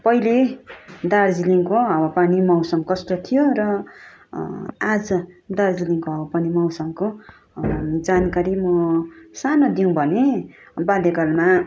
पहिले दार्जिलिङको हावा पानी मौसम कस्तो थियो र आज दार्जिलिङको हावा पानी मौसमको जानकारी म सानो दिउँ भने बाल्यकालमा